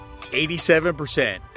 87%